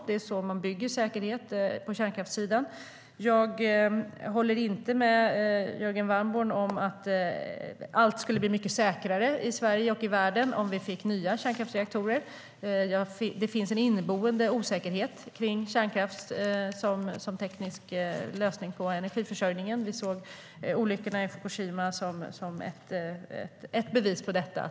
Det är så man bygger säkerhet på kärnkraftssidan. Jag håller inte med Jörgen Warborn om att allt skulle bli mycket säkrare i Sverige och i världen om vi fick nya kärnkraftreaktorer. Det finns en inneboende osäkerhet om kärnkraft som teknisk lösning på energiförsörjningen. Vi såg olyckorna i Fukushima som ett bevis på detta.